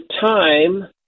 time